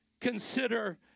consider